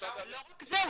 לא רק זה,